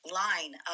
line